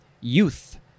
Youth